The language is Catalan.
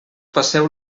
passeu